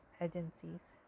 agencies